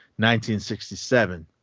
1967